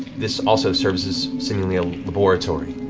this also serves as, seemingly, a laboratory